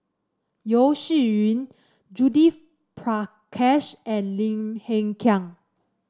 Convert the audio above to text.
Yeo Shih Yun Judith Prakash and Lim Hng Kiang